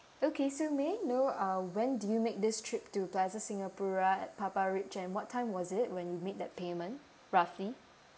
okay so may I know uh when did you make this trip to plaza singapura at PappaRich and what time was it when you made that payment roughly